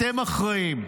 אתם אחראים,